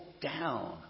down